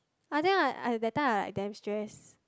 I think like I that time I like damn stress